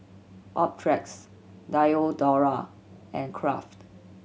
Optrex Diadora and Kraft